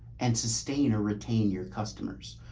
and sustain or retain your customers.